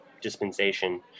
dispensation